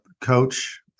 coach